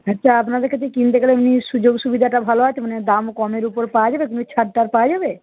আচ্ছা আপনাদের কাছে কিনতে গেলে এমনি সুযোগ সুবিধাটা ভালো আছে মানে দাম কমের উপর পাওয়া যাবে কোনো ছাড়টার পাওয়া যাবে